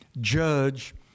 judge